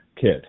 kid